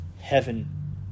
heaven